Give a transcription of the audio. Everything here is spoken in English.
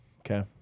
Okay